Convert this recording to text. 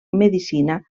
medicina